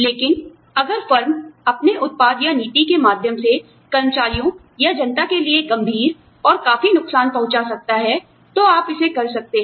लेकिन अगर फर्म अपने उत्पाद या नीति के माध्यम से कर्मचारियों या जनता के लिए गंभीर और काफी नुकसान पहुंचा सकता है तो आप इसे कर सकते हैं